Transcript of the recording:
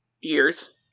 years